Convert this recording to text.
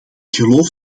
geloof